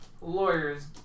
Lawyers